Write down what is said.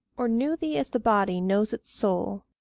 or knew thee as the body knows its soul,